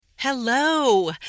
Hello